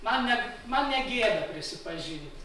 man neg man negėda prisipažinti